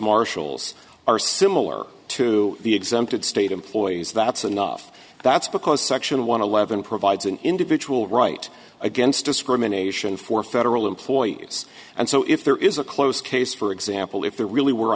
marshals are similar to the exempted state employees that's enough that's because section want to levon provides an individual right against discrimination for federal employees and so if there is a close case for example if there really were